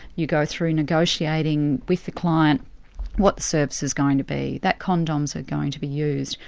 you go through negotiating with the client what the service is going to be. that condoms are going to be used.